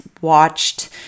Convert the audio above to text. watched